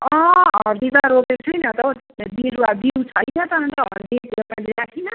हर्दी त रोपेको छुइनँ त बिरुवा बिउ छैन त अन्त हर्दी यो पालि राखिनँ